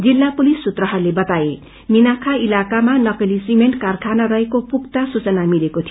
जिल्ला पुलिस सूत्रहरूले बताए मीनारवा इलाकामा नकली सिमेन्ट कारखाना रहेको पुख्ता सूचना मिलेको थियो